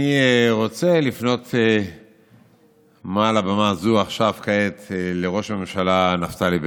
אני רוצה לפנות מעל במה זו כעת לראש הממשלה נפתלי בנט.